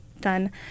done